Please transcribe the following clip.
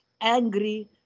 angry